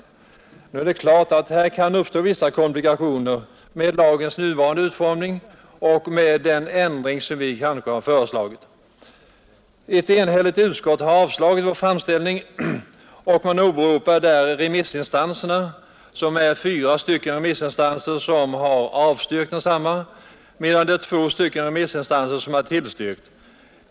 Självfallet kan det med lagens nuvarande utformning uppstå vissa komplikationer vid en sådan ändring som vi föreslagit. Ett enhälligt utskott har avstyrkt vår framställning. Man åberopar i betänkandet att fyra remissinstanser avstyrkt densamma medan två tillstyrkt.